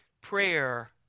prayer